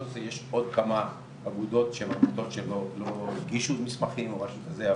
עשרה יש עוד כמה אגודות שלא הגישו מסמכים או משהו כזה.